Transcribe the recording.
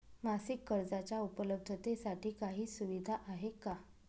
मासिक कर्जाच्या उपलब्धतेसाठी काही सुविधा आहे का?